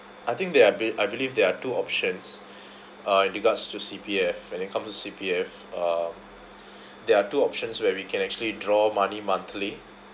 I think there are be~ I believe there are two options uh regards to C_P_F when it comes to C_P_F uh there are two options where we can actually draw money monthly